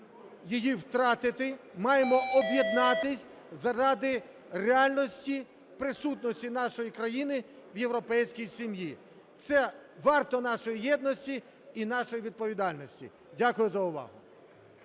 її втратити, маємо об'єднатися заради реальності присутності нашої країни в європейській сім'ї. Це варто нашої єдності і нашої відповідальності. Дякую за увагу.